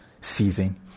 season